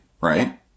right